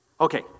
Okay